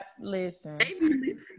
listen